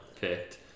picked